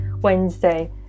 Wednesday